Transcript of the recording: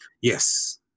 Yes